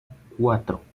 cuatro